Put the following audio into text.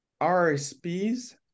RSPs